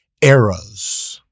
eras